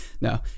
no